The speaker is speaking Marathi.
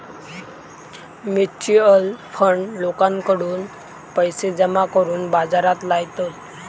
म्युच्युअल फंड लोकांकडून पैशे जमा करून बाजारात लायतत